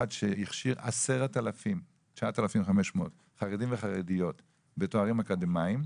שהכשיר כ-9,500 חרדים וחרדיות בתארים אקדמאיים,